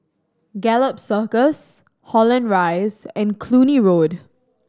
Gallop Circus Holland Rise and Cluny Road